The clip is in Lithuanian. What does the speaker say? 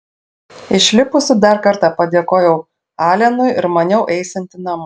išlipusi dar kartą padėkojau alenui ir maniau eisianti namo